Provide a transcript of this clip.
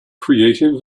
creative